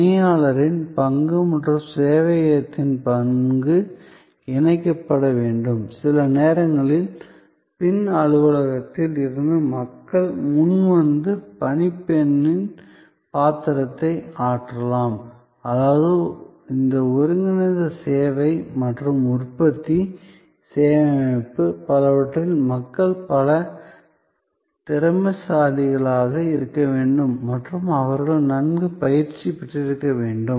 பணியாளரின் பங்கு மற்றும் சேவையகத்தின் பங்கு இணைக்கப்பட வேண்டும் சில நேரங்களில் பின் அலுவலகத்தில் இருந்து மக்கள் முன் வந்து பணிப்பெண்ணின் பாத்திரத்தை ஆற்றலாம் அதாவது இந்த ஒருங்கிணைந்த சேவை மற்றும் உற்பத்தி சேவை அமைப்பு பலவற்றில் மக்கள் பல திறமைசாலிகளாக இருக்க வேண்டும் மற்றும் அவர்கள் நன்கு பயிற்சி பெற்றிருக்க வேண்டும்